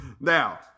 Now